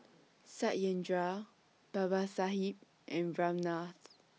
Satyendra Babasaheb and Ramnath